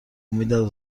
امیدم